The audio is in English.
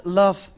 love